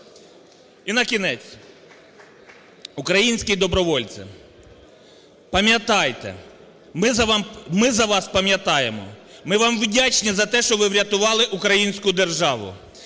Інакінець. Українські добровольці, пам'ятайте, ми за вас пам'ятаємо, ми вам вдячні за те, що ви врятували українську державу.